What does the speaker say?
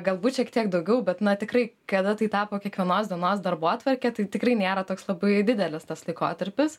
galbūt šiek tiek daugiau bet na tikrai kada tai tapo kiekvienos dienos darbotvarkė tai tikrai nėra toks labai didelis tas laikotarpis